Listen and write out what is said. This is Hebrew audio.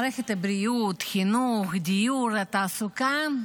מערכת הבריאות, חינוך, דיור, תעסוקה,